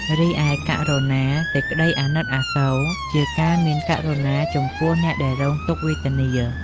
រីឯករុណា សេចក្ដីអាណិតអាសូរជា ការមានករុណាចំពោះអ្នកដែលរងទុក្ខវេទនា។